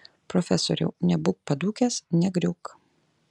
profesoriau nebūk padūkęs negriūk